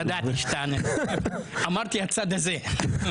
ידעתי שתענה --- אמרתי "הצד הזה".